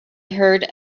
heard